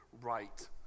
right